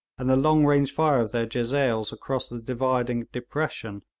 and the long-range fire of their jezails across the dividing depression,